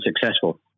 successful